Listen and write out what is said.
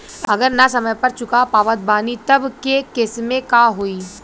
अगर ना समय पर चुका पावत बानी तब के केसमे का होई?